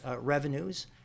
revenues